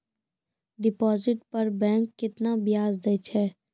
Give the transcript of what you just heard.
Deposit पर bank केतना ब्याज दै छै?